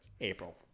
April